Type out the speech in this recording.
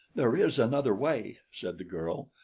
there is another way, said the girl.